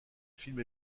film